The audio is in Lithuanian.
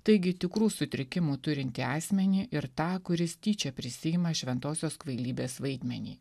taigi tikrų sutrikimų turintį asmenį ir tą kuris tyčia prisiima šventosios kvailybės vaidmenį